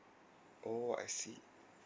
oh I see